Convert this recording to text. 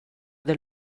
del